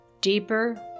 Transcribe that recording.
deeper